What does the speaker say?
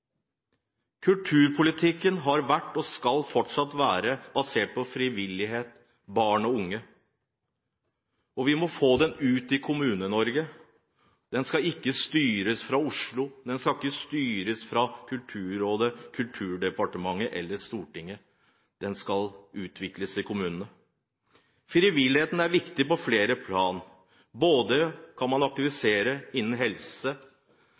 Kulturpolitikken har vært og skal fortsatt være basert på frivillighet, barn og unge, og vi må få den ut i Kommune-Norge. Den skal ikke styres fra Oslo, den skal ikke styres fra Kulturrådet, Kulturdepartementet eller Stortinget. Den skal utvikles i kommunene. Frivilligheten er viktig på flere plan. Man kan aktivisere innen både helse,